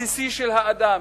הבסיסי של האדם,